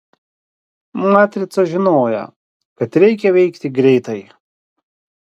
matrica žinojo kad reikia veikti greitai